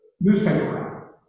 newspaper